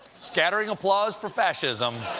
scattering applause for fascism.